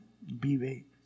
vive